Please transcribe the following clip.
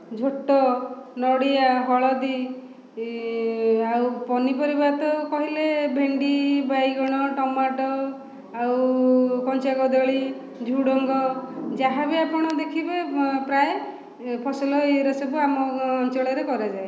ଝୋଟ ନଡ଼ିଆ ହଳଦୀ ଆଉ ପନିପରିବା ତ କହିଲେ ଭେଣ୍ଡି ବାଇଗଣ ଟମାଟ ଆଉ କଞ୍ଚା କଦଳୀ ଝୁଡୁଙ୍ଗ ଯାହା ବି ଆପଣ ଦେଖିବେ ପ୍ରାୟ ଫସଲ ଏଇଗୁରା ସବୁ ଆମର ଅଞ୍ଚଳରେ କରାଯାଏ